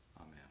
Amen